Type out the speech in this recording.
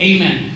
Amen